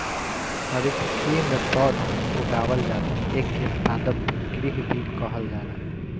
हरितगृह में पौधा उगावल जाला एके पादप गृह भी कहल जाला